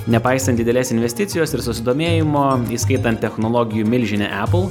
nepaisant didelės investicijos ir susidomėjimo įskaitant technologijų milžinę apple